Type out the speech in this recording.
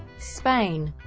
spain